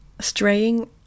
straying